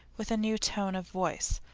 with a new tone of voice,